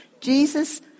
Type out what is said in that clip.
Jesus